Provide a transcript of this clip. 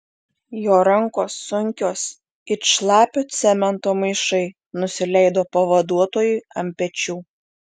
jo rankos sunkios it šlapio cemento maišai nusileido pavaduotojui ant pečių